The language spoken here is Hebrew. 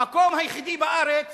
המקום היחידי בארץ